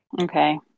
okay